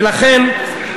ולכן,